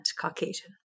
Caucasian